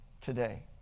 today